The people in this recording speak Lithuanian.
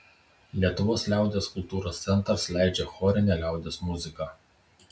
lietuvos liaudies kultūros centras leidžia chorinę liaudies muziką